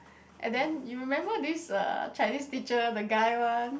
and then you remember this uh Chinese teacher the guy one